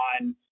on